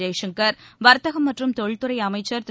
ஜெய்சங்கர் வர்த்தகம் மற்றும் தொழில்துறை அமைச்சர் திரு